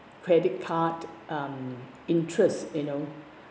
credit card um interest you know